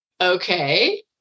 okay